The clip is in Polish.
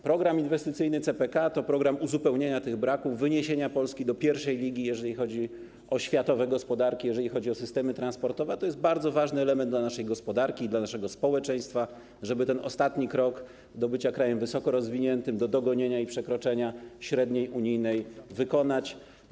Program inwestycyjny CPK to program uzupełnienia tych braków, wyniesienia Polski do pierwszej ligi, jeżeli chodzi o światowe gospodarki, jeżeli chodzi o systemy transportowe, a to jest bardzo ważny element dla naszej gospodarki i dla naszego społeczeństwa, żeby ten ostatni krok do bycia krajem wysokorozwiniętym, do dogonienia i przekroczenia średniej unijnej wykonać.